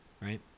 right